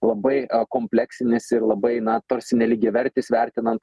labai kompleksinis ir labai na tarsi nelygiavertis vertinant